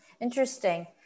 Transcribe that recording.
interesting